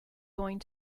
going